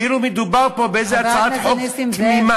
כאילו מדבר פה באיזו הצעת חוק תמימה.